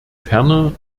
ferner